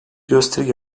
gösteri